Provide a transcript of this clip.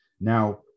now